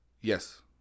Yes